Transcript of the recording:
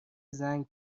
زنگ